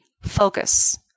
focus